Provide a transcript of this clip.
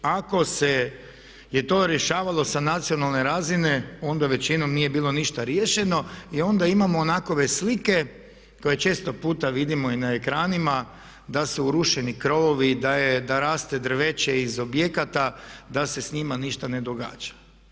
Ako se to rješavalo sa nacionalne razine onda većinom nije bilo ništa riješeno i onda imamo onakve slike koje često puta vidimo i na ekranima da su urušeni krovovi, da raste drveće iz objekata, da se s njima ništa ne događa.